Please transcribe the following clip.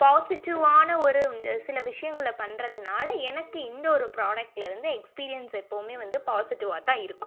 பாசிட்டிவ்வான ஒரு சில விஷயங்கள பண்றதுனால் எனக்கு இந்த ஒரு ப்ராடக்ட்லருந்த எக்ஸ்பீரியன்ஸ் எப்போதுமே வந்து பாசிட்டிவாக தான் இருக்கும்